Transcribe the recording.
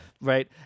Right